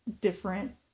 different